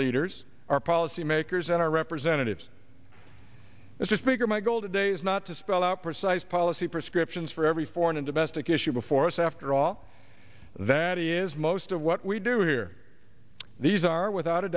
leaders our policy makers and our representatives as a speaker my goal today is not to spell out precise policy prescriptions for every foreign and domestic issue before us after all that is most of what we do here these are without a